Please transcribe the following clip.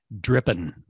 dripping